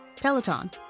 Peloton